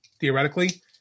theoretically